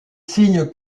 signe